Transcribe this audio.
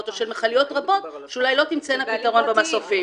המכליות הרבות שאולי לא תמצאנה פתרון במסופים.